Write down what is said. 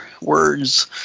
words